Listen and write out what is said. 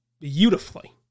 beautifully